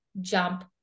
jump